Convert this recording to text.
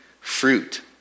fruit